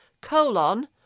colon